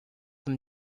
them